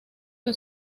que